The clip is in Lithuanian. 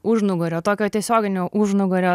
užnugario tokio tiesioginio užnugario